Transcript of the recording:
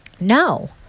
no